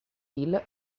hill